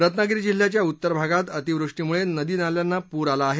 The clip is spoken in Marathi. रत्नागिरी जिल्ह्याच्या उत्तर भागात अतिवृष्टीमुळे नद्या नाल्यांना पूर आला आहे